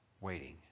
waiting